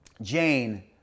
Jane